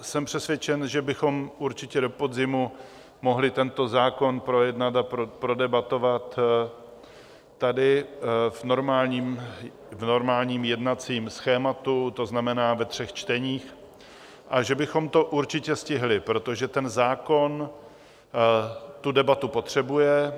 Jsem přesvědčen, že bychom určitě do podzimu mohli tento zákon projednat a prodebatovat tady v normálním jednacím schématu, to znamená ve třech čteních, a že bychom to určitě stihli, protože ten zákon tu debatu potřebuje.